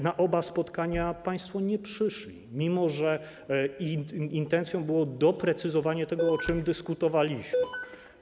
Na oba spotkania państwo nie przyszli, mimo że intencją było doprecyzowanie tego, o czym dyskutowaliśmy.